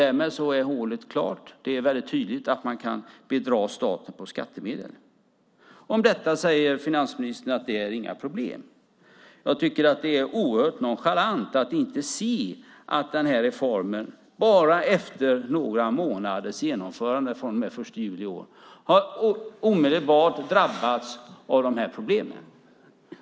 Därmed är hålet klart, och det är väldigt tydligt att man kan lura staten på skattemedel. Om detta säger finansministern att det inte är några problem. Jag tycker att det är oerhört nonchalant att inte se att denna reform bara några månader efter dess genomförande den 1 juli i år har drabbats av dessa problem.